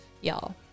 y'all